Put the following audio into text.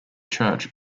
church